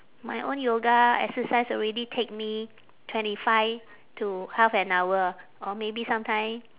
my own yoga exercise already take me twenty five to half an hour or maybe sometime